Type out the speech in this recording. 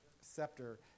scepter